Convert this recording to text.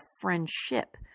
friendship